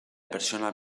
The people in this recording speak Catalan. persona